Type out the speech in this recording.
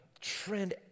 Trend